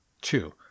Two